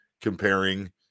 comparing